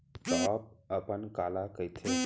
Top अपन काला कहिथे?